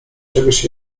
czegoś